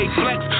flex